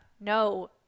No